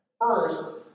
First